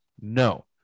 no